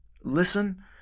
listen